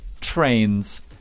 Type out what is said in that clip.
Trains